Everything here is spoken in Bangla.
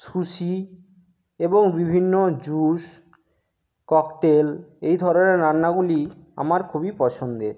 সুসি এবং বিভিন্ন জুস ককটেল এই ধরনের রান্নাগুলি আমার খুবই পছন্দের